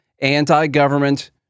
anti-government